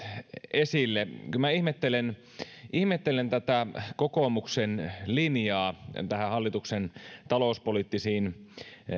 esille minä ihmettelen ihmettelen tätä kokoomuksen linjaa hallituksen talouspoliittisiin